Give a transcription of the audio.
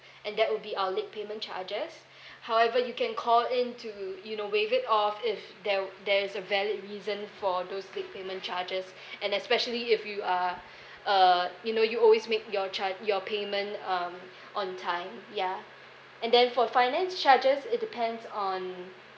and that would be our late payment charges however you can call in to you know waive it off if there wou~ there is a valid reason for those late payment charges and especially if you are uh you know you always make your char~ your payment um on time ya and then for finance charges it depends on